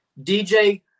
DJ